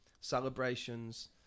celebrations